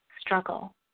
struggle